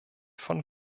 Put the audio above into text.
von